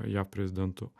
jav prezidentu